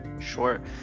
Sure